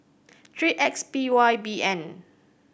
three X P Y B N